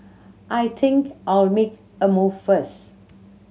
I think I'll make a move first